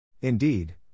Indeed